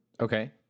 Okay